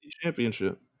Championship